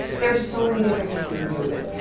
there's so many different things you can do with this.